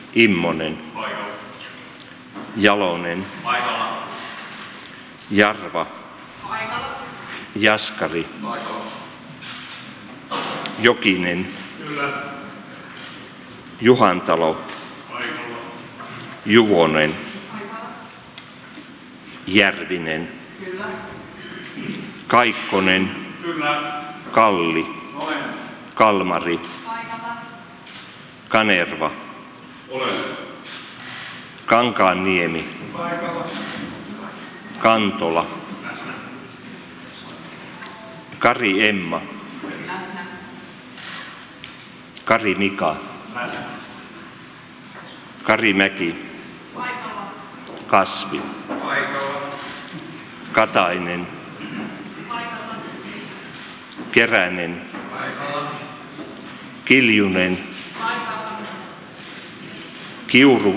immonen ne mukaan valinnut puhemiehen ja kaksi varapuhemiestä ja nämä ovat antaneet eduskunnalle juhlallisen vakuutuksen